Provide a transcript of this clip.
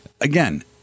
again